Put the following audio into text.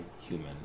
human